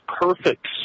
perfect